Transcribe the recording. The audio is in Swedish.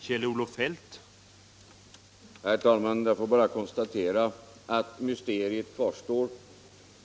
Herr talman! Jag får bara konstatera att mysteriet kvarstår.